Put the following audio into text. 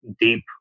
deep